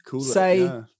say